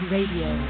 Radio